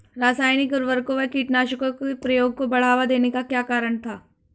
रासायनिक उर्वरकों व कीटनाशकों के प्रयोग को बढ़ावा देने का क्या कारण था?